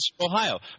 Ohio